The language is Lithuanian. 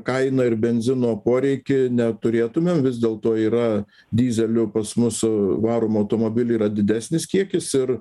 kainą ir benzino poreikį neturėtumėm vis dėlto yra dyzeliu pas mūsų varomą automobilį yra didesnis kiekis ir